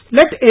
let